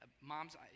moms